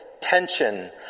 tension